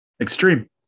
Extreme